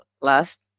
last